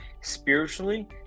spiritually